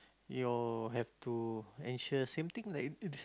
you have to ensure same thing lah